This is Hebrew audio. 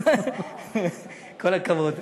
כל הכבוד.